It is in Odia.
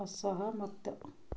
ଅସହମତ